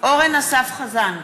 אורן אסף חזן,